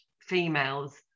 females